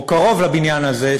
או קרוב לבניין הזה,